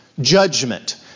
judgment